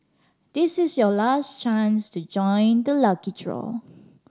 this is your last chance to join the lucky draw